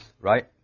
right